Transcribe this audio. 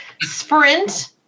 sprint